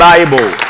Bible